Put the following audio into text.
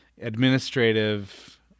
administrative